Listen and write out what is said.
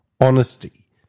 honesty